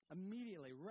Immediately